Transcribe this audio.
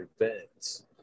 events